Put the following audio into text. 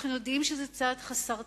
אנחנו יודעים שזה צעד חסר תקדים.